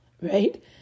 right